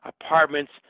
apartments